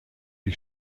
die